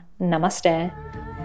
Namaste